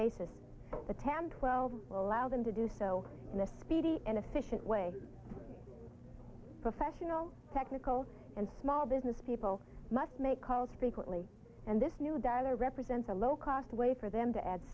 pam twelve allow them to do so in a speedy and efficient way professional technical and small business people must make calls frequently and this new data represents a low cost way for them to add